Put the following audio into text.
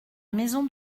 maison